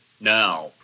now